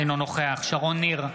אינו נוכח שרון ניר,